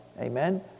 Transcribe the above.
Amen